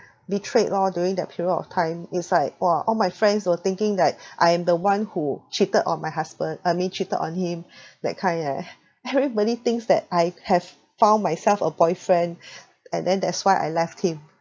betrayed lor during that period of time it's like !wah! all my friends were thinking that I am the one who cheated on my husband I mean cheated on him that kind leh everybody thinks that I have found myself a boyfriend and then that's why I left him